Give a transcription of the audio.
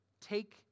take